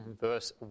verse